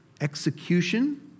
execution